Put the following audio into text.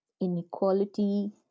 inequality